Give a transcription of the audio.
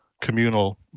communal